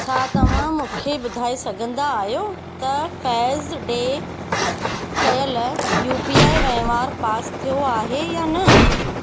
छा तव्हां मूंखे ॿुधाए सघंदा आहियो त फैज़ ॾे कयल यू पी आई वहिंवारु पास थियो आहे या न